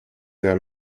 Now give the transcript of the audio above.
their